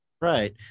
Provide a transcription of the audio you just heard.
right